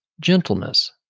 gentleness